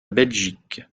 belgique